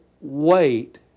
wait